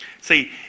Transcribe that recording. See